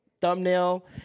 thumbnail